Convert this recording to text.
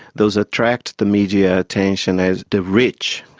those attract the media attention as the rich.